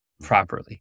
properly